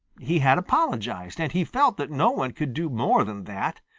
he had apologized, and he felt that no one could do more than that.